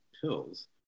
pills